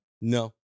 No